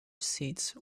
seats